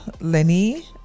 Lenny